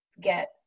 get